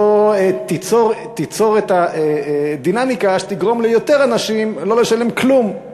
תיצור את הדינמיקה שתגרום ליותר אנשים לא לשלם כלום.